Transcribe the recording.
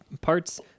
parts